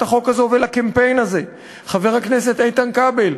החוק הזו ולקמפיין הזה: חבר הכנסת איתן כבל,